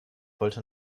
wollte